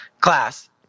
class